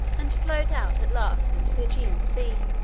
and flowed out at last into the aegean sea.